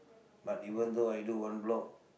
but even though I do one block